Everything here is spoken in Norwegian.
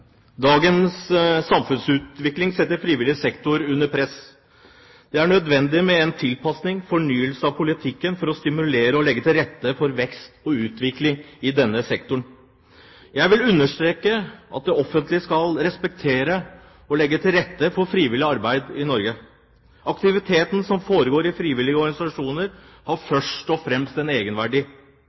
nødvendig med en tilpasning og fornyelse av politikken for å stimulere og legge til rette for vekst og utvikling i denne sektoren. Jeg vil understreke at det offentlige skal respektere og legge til rette for frivillig arbeid i Norge. Aktiviteten som foregår i frivillige organisasjoner, har først og fremst en egenverdi.